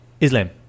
Islam